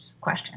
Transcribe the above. question